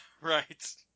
Right